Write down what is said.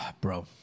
Bro